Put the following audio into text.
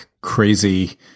crazy